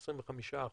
ב-25%,